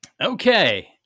Okay